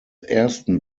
ersten